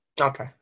okay